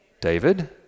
David